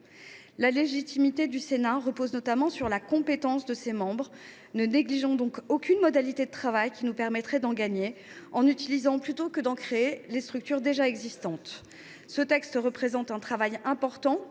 La légitimité du Sénat repose notamment sur les compétences de ses membres. Ne négligeons donc aucune modalité de travail qui nous permettrait d’en gagner, en utilisant, plutôt que d’en créer, les structures existantes. Ce texte est l’aboutissement d’un travail important,